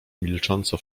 milcząco